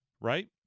right